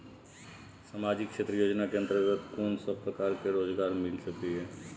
सामाजिक क्षेत्र योजना के अंतर्गत कोन सब प्रकार के रोजगार मिल सके ये?